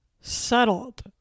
settled